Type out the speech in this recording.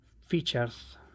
features